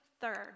third